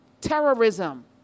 terrorism